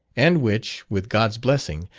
and which, with god's blessing,